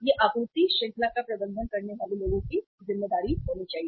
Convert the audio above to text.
यह आपूर्ति श्रृंखला का प्रबंधन करने वाले लोगों की जिम्मेदारी होनी चाहिए